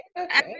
Okay